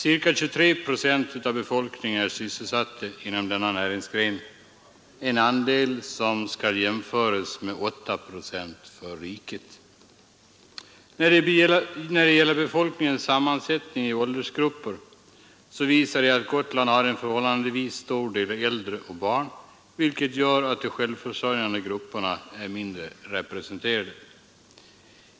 Ca 23 procent av befolkningen är sysselsatt inom denna näringsgren, en andel som skall jämföras med 8 procent för riket. När det gäller befolkningens sammansättning i åldersgrupper visar det sig att Gotland har en förhållandevis stor del äldre och barn, vilket gör att de självförsörjande grupperna är mindre representerade.